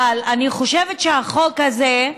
אבל אני חושבת שהחוק הזה,